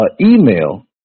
email